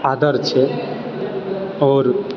आदर छै आओर